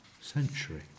century